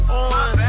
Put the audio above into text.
on